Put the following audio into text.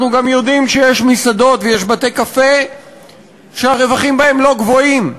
אנחנו גם יודעים שיש מסעדות ויש בתי-קפה שהרווחים בהם לא גבוהים.